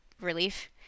relief